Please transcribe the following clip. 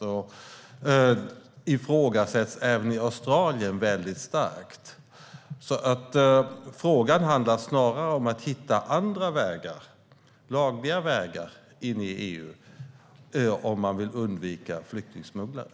Den ifrågasätts även väldigt starkt i Australien. Frågan handlar snarare om att hitta lagliga vägar in i EU om man vill undvika flyktingsmugglare.